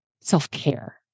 self-care